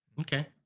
Okay